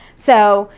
so,